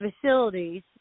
facilities